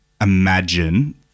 imagine